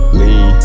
lean